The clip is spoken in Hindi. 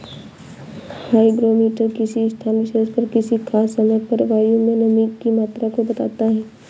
हाईग्रोमीटर किसी स्थान विशेष पर किसी खास समय पर वायु में नमी की मात्रा को बताता है